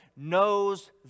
Knows